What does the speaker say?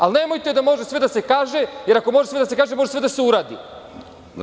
Ali nemojte da sve može da se kaže, jer ako sve može da se kaže, može sve da se uradi.